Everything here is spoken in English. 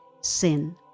sin